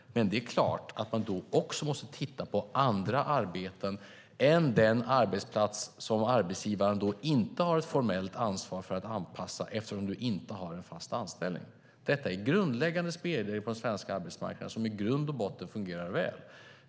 Men det är klart att man då också måste titta på andra arbeten än den arbetsplats som arbetsgivaren inte har ett formellt ansvar att anpassa eftersom du inte har en fast anställning. Detta är grundläggande spelregler på den svenska arbetsmarknaden som i grund och botten fungerar väl.